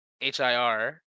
H-I-R